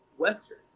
Western